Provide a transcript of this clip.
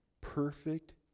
perfect